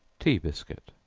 tea biscuit.